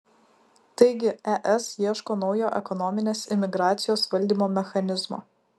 taigi es ieško naujo ekonominės imigracijos valdymo mechanizmo